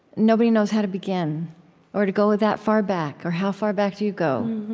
nobody knows how to begin or to go that far back, or, how far back do you go?